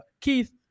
Keith